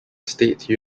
state